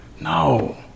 No